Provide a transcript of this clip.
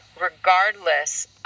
regardless